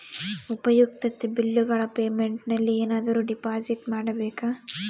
ಉಪಯುಕ್ತತೆ ಬಿಲ್ಲುಗಳ ಪೇಮೆಂಟ್ ನಲ್ಲಿ ಏನಾದರೂ ಡಿಪಾಸಿಟ್ ಮಾಡಬೇಕಾ?